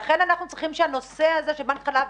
לכן אנחנו צריכים שהנושא הזה של בנק חלב